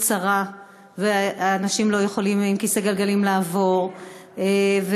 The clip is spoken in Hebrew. צרה ואנשים לא יכולים לעבור עם כיסא גלגלים,